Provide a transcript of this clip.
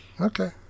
Okay